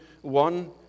one